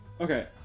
okay